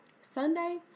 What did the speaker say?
Sunday